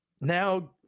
now